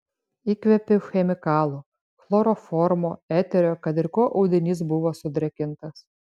įkvėpiau chemikalų chloroformo eterio kad ir kuo audinys buvo sudrėkintas